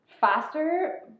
faster